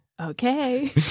Okay